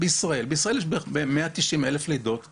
בישראל יש בערך 190,000 לידות בשנה,